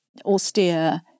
austere